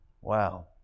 Wow